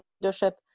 leadership